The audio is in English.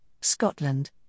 Scotland